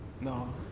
No